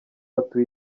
atuye